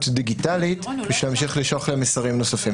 דיגיטלית כדי שימשיכו לשלוח להם מסרים נוספים.